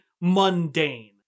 mundane